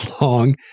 long